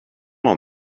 all